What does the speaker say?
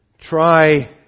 try